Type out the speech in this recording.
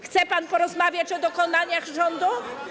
Chce pan porozmawiać o dokonaniach rządu?